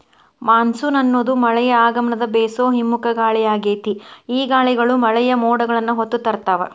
monsoon ಅನ್ನೋದು ಮಳೆಯ ಆಗಮನದ ಬೇಸೋ ಹಿಮ್ಮುಖ ಗಾಳಿಯಾಗೇತಿ, ಈ ಗಾಳಿಗಳು ಮಳೆಯ ಮೋಡಗಳನ್ನ ಹೊತ್ತು ತರ್ತಾವ